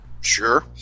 Sure